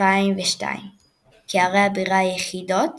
2002 כערי הבירה היחידות